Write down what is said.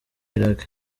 irak